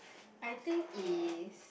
I think is